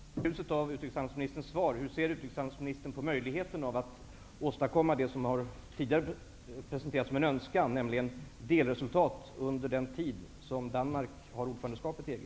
Fru talman! I ljuset av utrikeshandelsministerns svar vill jag fråga hur han ser på möjligheten att åstadkomma det som tidigare har presenterats som en önskan, nämligen delresultat under den tid som Danmark har ordförandeskapet i EG?